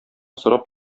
сорап